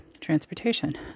Transportation